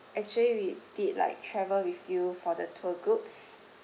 actually we did like travel with you for the tour group